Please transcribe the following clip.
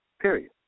period